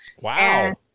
wow